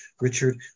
richard